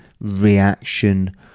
reaction